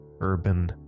urban